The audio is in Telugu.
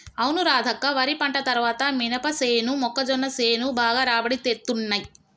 అవును రాధక్క వరి పంట తర్వాత మినపసేను మొక్కజొన్న సేను బాగా రాబడి తేత్తున్నయ్